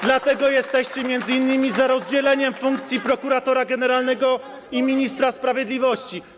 Dlatego jesteście m.in. za rozdzieleniem funkcji prokuratora generalnego i ministra sprawiedliwości.